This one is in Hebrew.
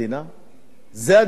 זה הדיאלוג שאתה רוצה אתם?